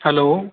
hello